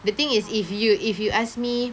the thing is if you if you ask me